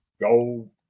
go